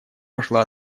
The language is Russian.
пошла